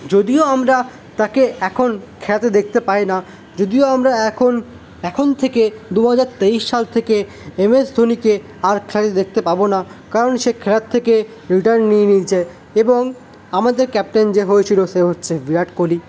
যদিও আমরা তাকে এখন খেলাতে দেখতে পাই না যদিও আমরা এখন এখন থেকে দুহাজার তেইশ সাল থেকে এমএস ধোনিকে আর খেলায় দেখতে পাব না কারণ সে খেলার থেকে রিটায়ার নিয়ে নিয়েছে এবং আমাদের ক্যাপ্টেন যে হয়েছিল সে হচ্ছে ভিরাট কোহলি